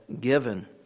given